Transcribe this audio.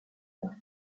leurs